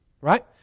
right